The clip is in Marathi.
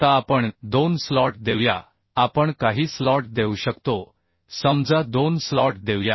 आता आपण दोन स्लॉट देऊया आपण काही स्लॉट देऊ शकतो समजा दोन स्लॉट देऊया